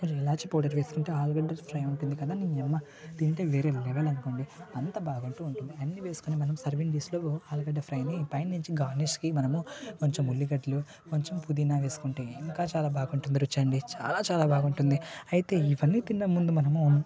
ఇలాచి powder వేసుకుంటే ఆలుగడ్డ fry ఉంటుంది కదా నీయమ్మా తింటే వేరే లెవెల్ అనుకోండి అంత బాగుంటు ఉంటుంది అన్ని వేసుకుని మనం సర్వింగ్ లిస్టులో ఆలుగడ్డ ఫ్రైని పై నుంచి గార్నిస్కి మనము కొంచెం ఉల్లిగడ్డలు కొంచెం పుదీనా వేసుకుంటే ఇంకా చాలా బాగుంటుంది రుచండి చాలా బాగుంటుంది అయితే ఇవన్నీ తిన్నా మనము